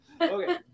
Okay